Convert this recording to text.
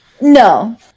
No